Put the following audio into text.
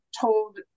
told